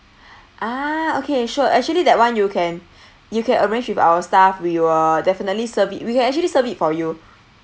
ah okay sure actually that [one] you can you can arrange with our staff we will definitely serve it we can actually serve it for you